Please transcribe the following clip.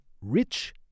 Rich